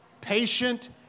patient